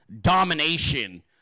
domination